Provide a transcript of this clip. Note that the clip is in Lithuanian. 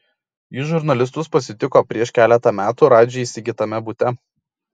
ji žurnalistus pasitiko prieš keletą metų radži įsigytame bute